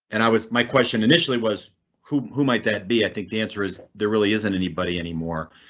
and i was my question initially was who who might that be? i think the answer is there really isn't anybody anymore,